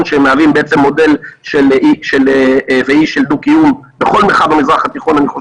שמהווים מודל ואי של דו-קיום בכל מרחב המזרח התיכון.